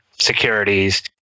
securities